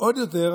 ועוד יותר,